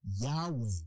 Yahweh